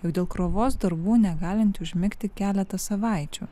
jog dėl krovos darbų negalinti užmigti keletą savaičių